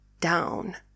down